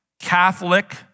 Catholic